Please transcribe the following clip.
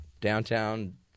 downtown